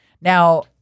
Now